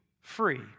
free